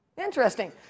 Interesting